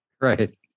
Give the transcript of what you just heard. Right